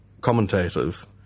commentators